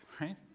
right